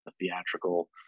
theatrical